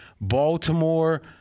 Baltimore